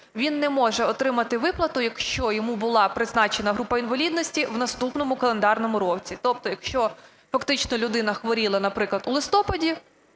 він не може отримати виплату, якщо йому була призначена група інвалідності в наступному календарному році. Тобто якщо фактично людина хворіла, наприклад, у листопаді,